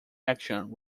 action